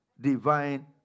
divine